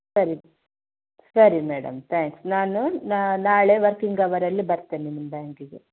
ಸರಿ ಸರಿ madam thanks ನಾನು ನಾ ನಾಳೆ ವರ್ಕಿಂಗ್ ಅವರಲ್ಲಿ ಬರ್ತೇನೆ ನಿಮ್ಮ ಬ್ಯಾಂಕಿಗೆ